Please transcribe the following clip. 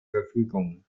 verfügung